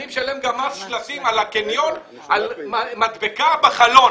אני משלם גם מס שלטים לקניון על מדבקה בחלון.